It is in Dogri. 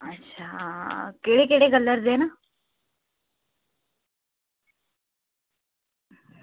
आं केह्ड़े केह्ड़े कलर दे न